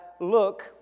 look